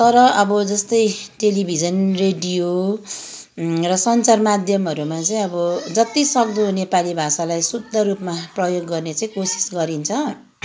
तर अब जस्तै टेलिभिजन रेडियो र सञ्चार माध्यमहरूमा चाहिँ अब जतिसक्दो नेपाली भाषालाई शुद्ध रूपमा प्रयोग गर्ने चाहिँ कोसिस गरिन्छ